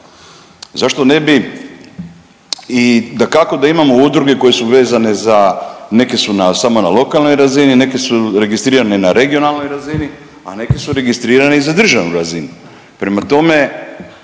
Zašto ne bi i dakako da imamo udruge koje su vezane za, neke su na samo na lokalnoj razini, neke su registrirane na regionalnoj razini, a neke su registrirane i za državnu razinu. Prema tome,